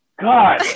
God